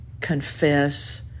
confess